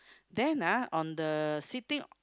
then ah on the sitting